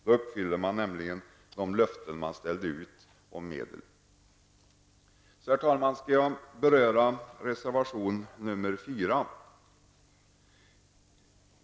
Då uppfyller man nämligen de löften om medel man utställde. Herr talman! Jag skall något beröra reservation nr 4.